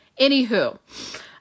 Anywho